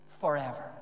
forever